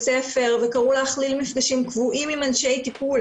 הספר וקראו להכליל מפגשים קבועים עם אנשי טיפול.